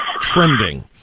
trending